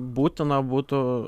būtina būtų